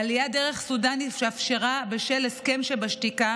העלייה דרך סודן התאפשרה בשל הסכם שבשתיקה